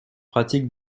pratiques